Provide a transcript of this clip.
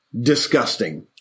disgusting